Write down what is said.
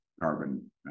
carbon